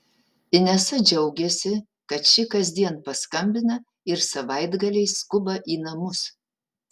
inesa džiaugiasi kad ši kasdien paskambina ir savaitgaliais skuba į namus